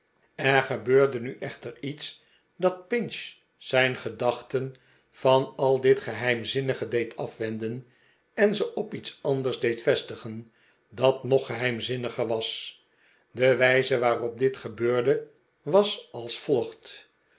er gebeurde nu echter iets dat pinch zijn gedachten van al dit geheimzinnige deed afwenden en ze op iets anders deed vestigen dat nog geheimzinniger was de wijze waarop dit gebeurde was als volgt